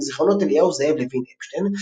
מזכרונות אליהו זאב לוין־אפשטיין,